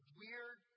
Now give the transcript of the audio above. weird